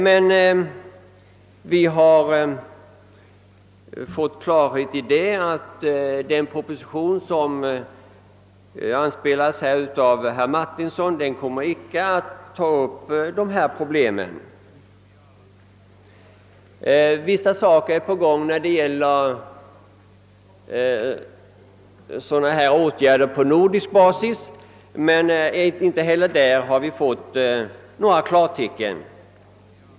Men vi har fått klarhet i att den proposition som herr Martinsson anspelade på inte kommer att ta upp dessa problem. Förberedelser görs däremot för åtgärder på nordisk basis, men inte heller när det gäller dessa har vi fått några klartecken.